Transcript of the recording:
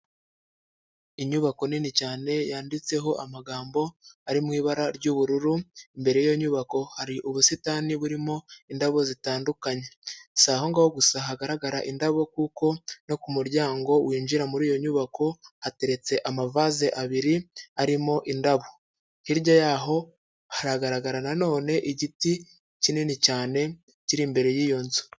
Inyubako nini cyane yanditseho amagambo ari mu ibara ry'ubururu, imbere y'iyo nyubako hari ubusitani burimo indabo zitandukanye, si aho ngaho gusa hagaragara indabo kuko no ku muryango winjira muri iyo nyubako hateretse amavaze abiri arimo indabo, hirya y'aho haragaragara nanone igiti kinini cyane kiri imbere y'iyo nzu.